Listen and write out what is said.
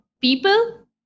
people